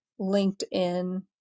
LinkedIn